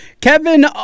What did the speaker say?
Kevin